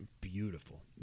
beautiful